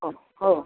हो हो